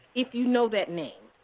if you know that name.